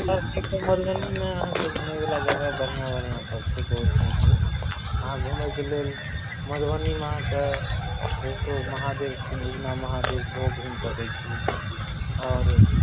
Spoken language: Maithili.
सब चीज सब मधुबनीमे अहाँकेँ घूमे बला जगह बढ़िआँ बढ़िआँ सब छै बहुत नीक नीक अहाँ घूमेके लेल मधुबनीमे अहाँकेँ महादेव छथिन उगना महादेव सेहो घूमि सकैत छी आओर